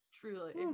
Truly